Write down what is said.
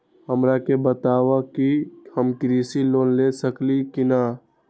हमरा के बताव कि हम कृषि लोन ले सकेली की न?